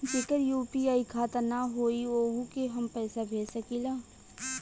जेकर यू.पी.आई खाता ना होई वोहू के हम पैसा भेज सकीला?